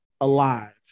alive